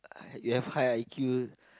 you have high I_Q